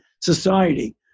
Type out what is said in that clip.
society